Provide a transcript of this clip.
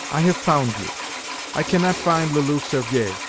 i have found you i cannot find le loup cervier,